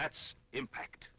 that's impact